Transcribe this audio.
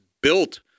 built